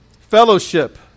Fellowship